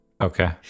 Okay